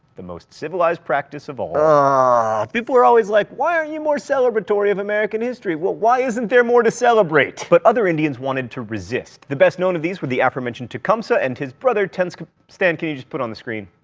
the most civilized practice of all. ah people are always like, why aren't you more celebratory of american history? well, why isn't there more to celebrate? but other indians wanted to resist. the best known of these were the aforementioned tecumseh and his brother tensk stan, can you just put it on the screen?